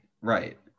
right